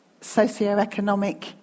socioeconomic